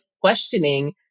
questioning